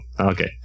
okay